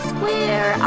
Square